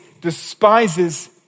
despises